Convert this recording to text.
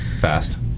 Fast